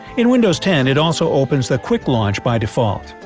in windows ten it also opens the quick launch by default.